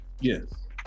Yes